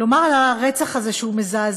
לומר על הרצח הזה שהוא מזעזע,